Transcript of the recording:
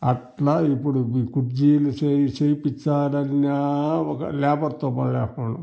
అట్లా ఇప్పుడు ఈ కుర్చీలు చేసి ఒక లేబర్తో